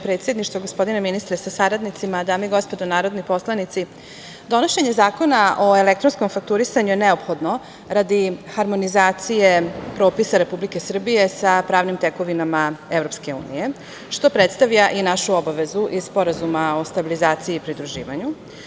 Predsedništvo, gospodine ministre sa saradnicima, dame i gospodo narodni poslanici, donošenje Zakona o elektronskom fakturisanju je neophodno radi harmonizacije propisa Republike Srbije sa pravnim tekovinama EU, što predstavlja i našu obavezu iz Sporazuma o stabilizaciji i pridruživanju.